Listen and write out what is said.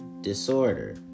disorder